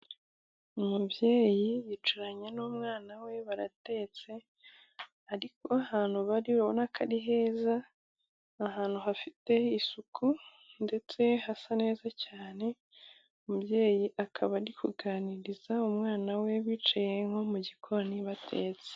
Umubyeyi yicaranye n'umwana we baratetse ariko ahantu bari urabona ko ari heza ahantu hafite isuku ndetse hasa neza cyane umubyeyi akaba ari kuganiriza umwana we bicaye nko mu gikoni batetse.